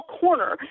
corner